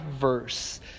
verse